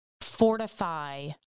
fortify